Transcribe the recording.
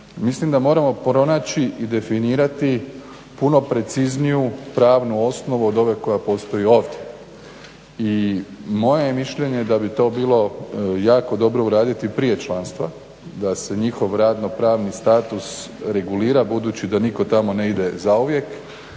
Mislim da moramo pronaći i definirati puno precizniju pravnu osnovu od ove koja postoji ovdje. I moje je mišljenje da bi to bilo jako dobro uraditi prije članstva da se njihov radno pravni status regulira budući da nitko tamo ne ide zauvijek